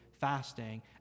fasting